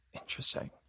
Interesting